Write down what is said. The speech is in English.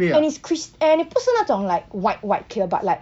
and is crisp and is 不是那种 like white white clear but like